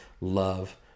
love